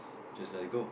just let it go